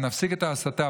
אם נפסיק את ההסתה,